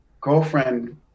girlfriend